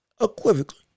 unequivocally